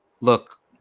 look